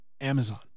Amazon